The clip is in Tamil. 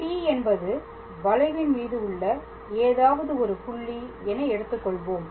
P என்பது வளைவின் மீது உள்ள ஏதாவது ஒரு புள்ளி என எடுத்துக் கொள்வோம்